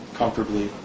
comfortably